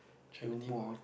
charity work